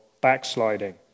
backsliding